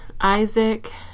Isaac